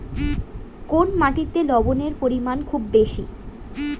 কোন মাটিতে লবণের পরিমাণ খুব বেশি?